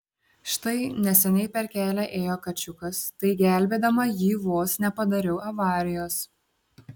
štai neseniai per kelią ėjo kačiukas tai gelbėdama jį vos nepadariau avarijos